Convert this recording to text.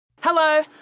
Hello